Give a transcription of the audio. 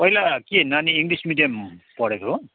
पहिला के नानी इङ्लिस मिडियम पढेको हो